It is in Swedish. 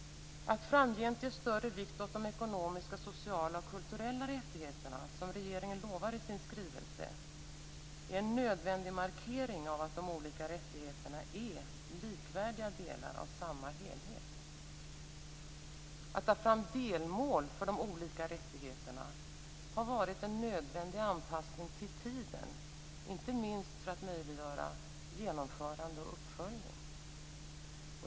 Att framgent ge större vikt åt de ekonomiska, sociala och kulturella rättigheterna, som regeringen lovar i sin skrivelse, är en nödvändig markering av att de olika rättigheterna är likvärdiga delar av samma helhet. Att ta fram delmål för de olika rättigheterna har varit en nödvändig anpassning till tiden, inte minst för att möjliggöra genomförande och uppföljning.